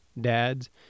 dads